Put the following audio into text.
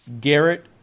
Garrett